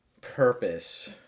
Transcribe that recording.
purpose